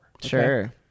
Sure